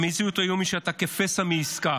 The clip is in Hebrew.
המציאות היום היא שאתה כפסע מעסקה.